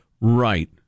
Right